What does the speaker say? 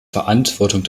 verantwortung